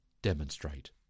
demonstrate